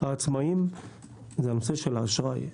העצמאיים - זה הנושא של האשראי.